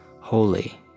Holy